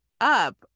up